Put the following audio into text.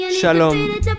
Shalom